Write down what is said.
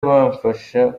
bamfasha